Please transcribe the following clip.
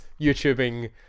youtubing